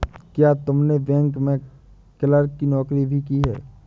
क्या तुमने बैंक में क्लर्क की नौकरी भी की है?